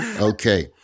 Okay